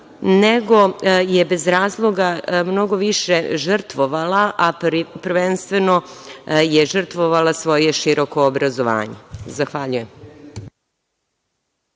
nego je bez razloga mnogo više žrtvovala, a prvenstveno je žrtvovala svoje široko obrazovanje. Zahvaljujem.